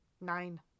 Nine